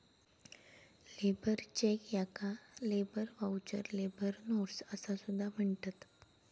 labour cheque याका labour voucher, labour notes असा सुद्धा म्हणतत